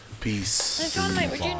peace